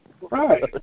right